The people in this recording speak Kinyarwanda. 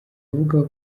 avuga